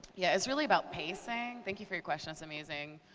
yeah. it's really about pacing. thank you for your question. it's amazing.